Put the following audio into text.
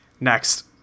Next